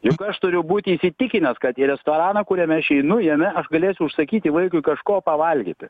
juk aš turiu būti įsitikinęs kad į restoraną kuriame aš einu jame aš galėsiu užsakyti vaikui kažko pavalgyti